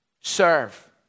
serve